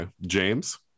James